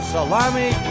Salami